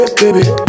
baby